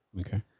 Okay